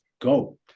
go